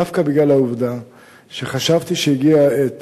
דווקא בגלל העובדה שחשבתי שהגיעה העת